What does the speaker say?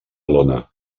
lona